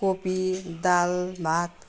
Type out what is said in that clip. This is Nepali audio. कोपी दाल भात खान्छौँ